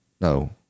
No